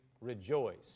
rejoice